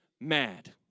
mad